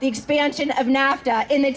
the expansion of nafta in the